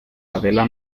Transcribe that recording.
adela